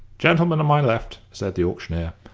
gentleman on my left, said the auctioneer,